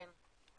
כן.